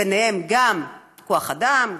וביניהם גם כוח אדם,